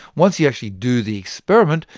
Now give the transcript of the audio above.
once you actually do the experiment,